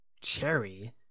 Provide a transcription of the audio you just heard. cherry